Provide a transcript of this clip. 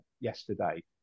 yesterday